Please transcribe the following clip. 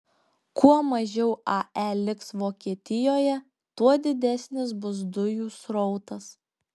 kuo mažiau ae liks vokietijoje tuo didesnis bus dujų srautas